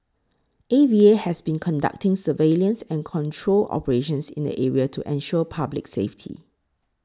A V A has been conducting surveillance and control operations in the area to ensure public safety